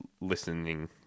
listening